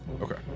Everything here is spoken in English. Okay